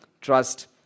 trust